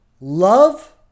love